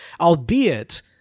albeit